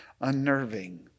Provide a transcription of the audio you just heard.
Unnerving